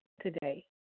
today